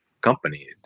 company